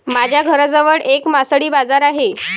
माझ्या घराजवळ एक मासळी बाजार आहे